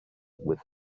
with